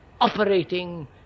operating